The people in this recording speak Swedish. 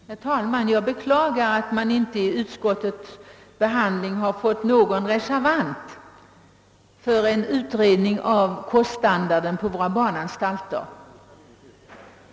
Herr talman! Jag beklagar att vid utskottets behandling ingen reserverat sig för en utredning av koststandarden på våra barnanstalter.